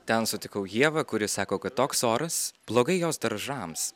ten sutikau ievą kuri sako kad toks oras blogai jos daržams